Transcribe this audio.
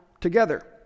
together